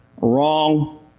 Wrong